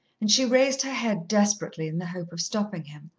and she raised her head desperately, in the hope of stopping him.